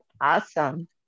Awesome